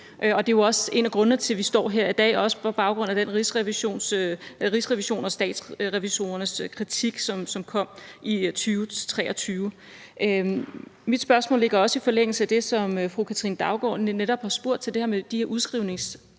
det er jo også en af grundene til, at vi står her i dag; det er også på baggrund af Rigsrevisionens og Statsrevisorernes kritik, som kom i 2023. Mit spørgsmål ligger også i forlængelse af det, som fru Katrine Daugaard netop har spurgt til, nemlig det her med de her udskrivningsaftaler.